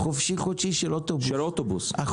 חופשי-חודשי של אוטובוס.